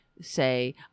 say